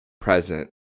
present